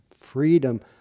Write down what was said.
freedom